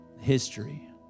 history